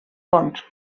fons